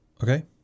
Okay